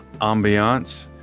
ambiance